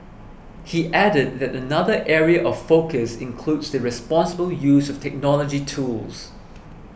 he added that another area of focus includes the responsible use of technology tools